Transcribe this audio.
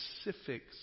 specifics